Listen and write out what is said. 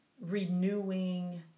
renewing